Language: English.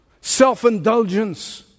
self-indulgence